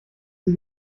sie